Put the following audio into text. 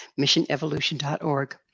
missionevolution.org